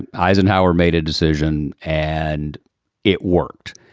and eisenhower made a decision and it worked.